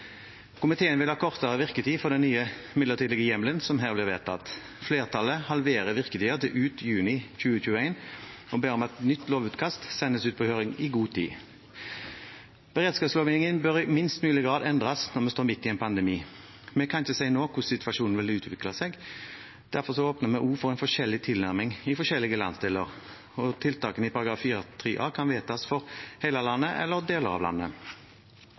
komiteen stiller seg bak tilrådingen. Komiteen vil ha kortere virketid for den nye midlertidige hjemmelen som her blir vedtatt. Flertallet halverer virketiden til ut juni 2021 og ber om at et nytt lovutkast sendes ut på høring i god tid. Beredskapslovgivningen bør i minst mulig grad endres når vi står midt i en pandemi. Vi kan ikke vite nå hvordan situasjonen vil utvikle seg. Derfor åpner vi også for forskjellig tilnærming i forskjellige landsdeler for tiltakene i § 4-3 a, som kan vedtas for hele landet, eller for deler av landet.